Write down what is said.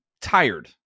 tired